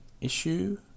issue